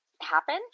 happen